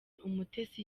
umutesi